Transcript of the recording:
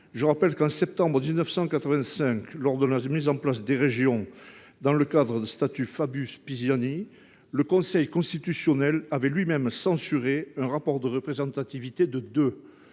un élu. En septembre 1985, lors de la mise en place des régions dans le cadre du statut Fabius Pisani, le Conseil constitutionnel avait censuré un rapport de représentativité de 2.